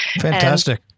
Fantastic